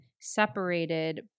separated